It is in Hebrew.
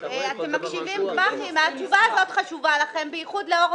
אנחנו מבקשים שבמקום שכתוב "בעלי ידע והבנה או